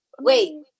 Wait